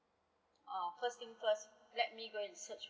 uh first thing first let me go and search